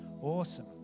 awesome